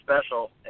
special